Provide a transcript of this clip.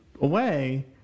away